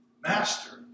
master